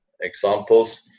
examples